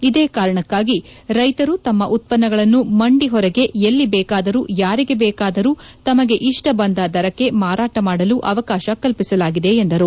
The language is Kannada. ಇದೇ ಕಾರಣಕ್ಕಾಗಿ ರೈತರು ತಮ್ಮ ಉತ್ಪನ್ನಗಳನ್ನು ಮಂದಿ ಹೊರಗೆ ಎಲ್ಲಿ ಬೇಕಾದರೂ ಯಾರಿಗೆ ಬೇಕಾದರೂ ತಮಗೆ ಇಷ್ಪ ಬಂದ ದರಕ್ಕೆ ಮಾರಾಟ ಮಾದಲು ಅವಕಾಶ ಕಲ್ಲಿಸಲಾಗಿದೆ ಎಂದರು